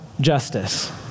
justice